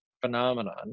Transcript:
phenomenon